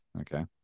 okay